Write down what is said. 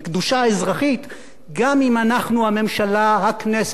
גם אם אנחנו הממשלה, הכנסת, הרגולטור, המחוקק,